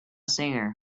singer